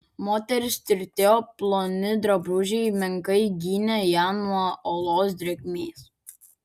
moteris tirtėjo ploni drabužiai menkai gynė ją nuo olos drėgmės